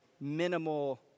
minimal